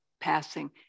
passing